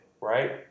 right